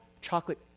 chocolate